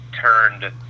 turned